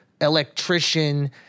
electrician